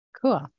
Cool